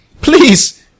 Please